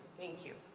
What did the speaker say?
thank you.